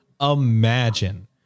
imagine